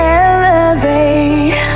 elevate